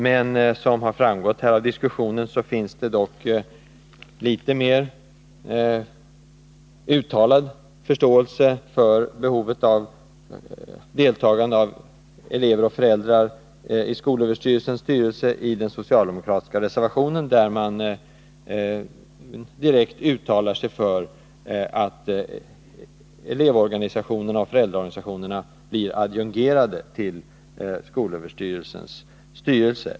Men som har framgått av diskussionen finns det litet mer uttalad förståelse för behovet av deltagande av elever och föräldrar i skolöverstyrelsens styrelse i den socialdemokratiska reservationen 2 till utbildningsutskottets betänkande 38. I denna reservation uttalar socialdemokraterna sig direkt för att elevoch föräldraorganisationerna skall bli adjungerade till skolöverstyrelsens styrelse.